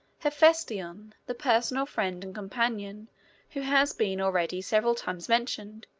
hephaestion, the personal friend and companion who has been already several times mentioned,